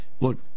Look